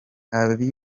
batangiye